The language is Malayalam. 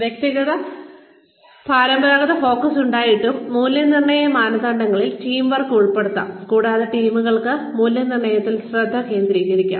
വ്യക്തിയിൽ പരമ്പരാഗത ഫോക്കസ് ഉണ്ടായിരുന്നിട്ടും മൂല്യനിർണ്ണയ മാനദണ്ഡങ്ങളിൽ ടീം വർക്ക് ഉൾപ്പെടാം കൂടാതെ ടീമുകൾക്ക് മൂല്യനിർണ്ണയത്തിൽ ശ്രദ്ധ കേന്ദ്രീകരിക്കാം